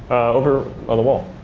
over by the wall.